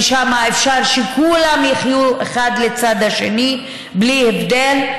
וששם אפשר שכולם יחיו אחד לצד השני בלי הבדל,